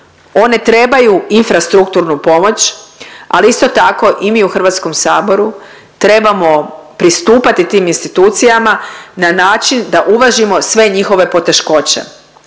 one trebaju infrastrukturnu pomoć, ali isto tako i mi u HS-u trebamo pristupati tim institucijama na način da uvažimo sve njihove poteškoće.